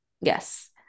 yes